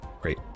Great